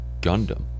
Gundam